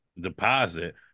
deposit